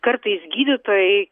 kartais gydytojai